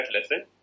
lesson